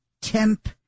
Temp